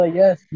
yes